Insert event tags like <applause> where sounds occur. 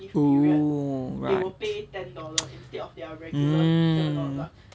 oh right <noise> um